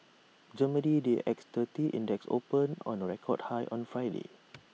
Germany's D A X thirty index opened on A record high on Friday